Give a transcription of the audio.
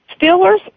Steelers